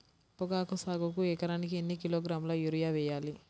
పొగాకు సాగుకు ఎకరానికి ఎన్ని కిలోగ్రాముల యూరియా వేయాలి?